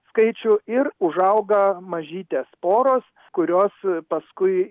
skaičių ir užauga mažytės poros kurios paskui